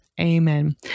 Amen